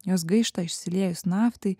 jos gaišta išsiliejus naftai